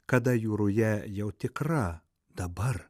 kada jų ruja jau tikra dabar